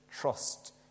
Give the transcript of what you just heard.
trust